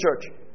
church